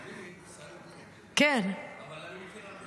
אני כן, אבל אני מכיר הרבה שלא.